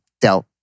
dealt